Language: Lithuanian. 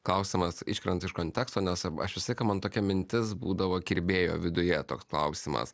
klausimas iškrenta iš konteksto nes aš visą laiką man tokia mintis būdavo kirbėjo viduje toks klausimas